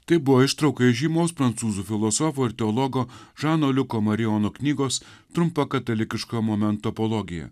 tai buvo ištrauka iš žymaus prancūzų filosofo ir teologo žano liuko marijonų knygos trumpa katalikiška moment topologija